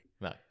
no